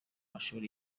mashuri